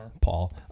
Paul